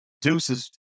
deuces